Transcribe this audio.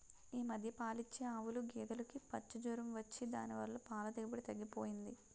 ఈ మధ్య పాలిచ్చే ఆవులు, గేదులుకి పచ్చ జొరం వచ్చి దాని వల్ల పాల దిగుబడి తగ్గిపోయింది